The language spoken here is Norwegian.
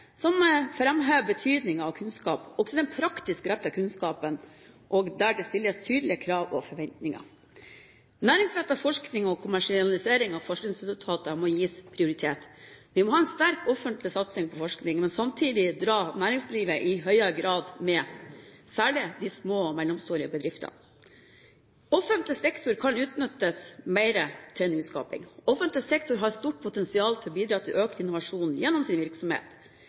som framhever betydningen av kunnskap, også den praktisk rettede kunnskapen og der det stilles tydelige krav og forventninger. Næringsrettet forskning og kommersialisering av forskningsresultater må gis prioritet. Vi må ha en sterk offentlig satsing på forskning, men samtidig dra med næringslivet i høyere grad, særlig de små og mellomstore bedriftene. Offentlig sektor kan utnyttes bedre til nyskaping. Offentlig sektor har stort potensial til å bidra til økt innovasjon gjennom sin virksomhet.